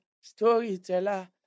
storyteller